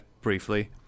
briefly